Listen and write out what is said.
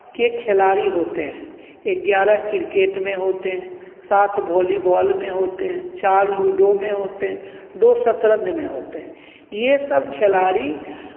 के खिलाड़ी होते हैं ग्यारह क्रिकेट में होते हैं सात वॉलीबाॅल में होते हैं चार लूडो में होते हैं दो शतरंज में होते हैं ये सब खिलाड़ी